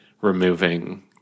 removing